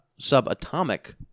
subatomic